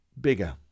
bigger